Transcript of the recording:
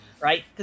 right